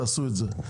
תעשו את זה.